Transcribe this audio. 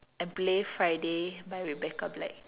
and play Friday by Rebecca Black